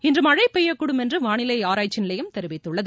இன்று மழை பெய்யக்கூடும் என்று வானிலை ஆராய்ச்சி நிலையம் தெரிவித்துள்ளது